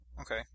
Okay